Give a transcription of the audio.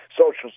Social